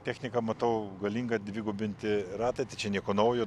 technika matau galinga dvigubinti ratai tai čia nieko naujo